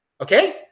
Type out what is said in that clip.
okay